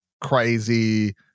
crazy